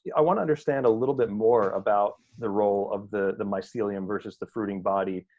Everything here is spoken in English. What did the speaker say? i wanna understand a little bit more about the role of the the mycelium versus the fruiting body.